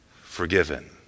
forgiven